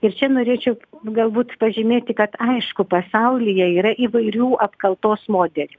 ir čia norėčiau galbūt pažymėti kad aišku pasaulyje yra įvairių apkaltos modelių